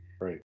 Right